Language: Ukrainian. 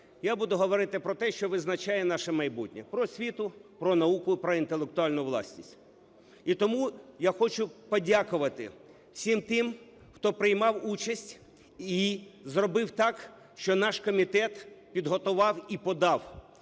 Я буду говорити про те, що визначає наше майбутнє: про освіту, про науку, про інтелектуальну власність. І тому я хочу подякувати всім тим, хто приймав участь і зробив так, що наш комітет підготував і подав,